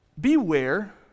Beware